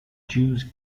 jews